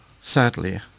sadly